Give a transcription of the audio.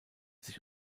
sich